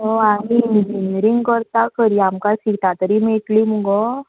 हय आनी इंजिनियरींग करता खरी आमकां सिटा तरी मेयटली मुगो